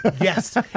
Yes